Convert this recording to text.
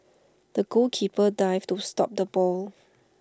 the goalkeeper dived to stop the ball